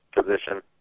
position